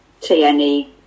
TNE